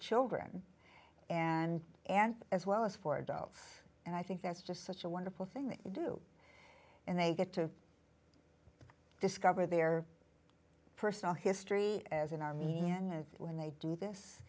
children and and as well as for dolls and i think that's just such a wonderful thing to do and they get to discover their personal history as an army and when they do this